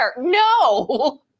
no